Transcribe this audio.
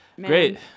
Great